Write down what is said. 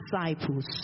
disciples